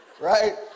right